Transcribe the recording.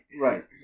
right